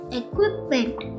equipment